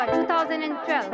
2012